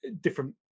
different